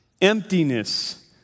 emptiness